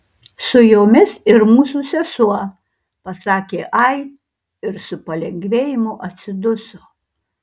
su jomis ir mūsų sesuo pasakė ai ir su palengvėjimu atsiduso